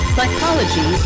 Psychology